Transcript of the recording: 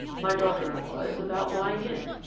my daughter-in-law is about lying-in,